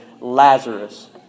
Lazarus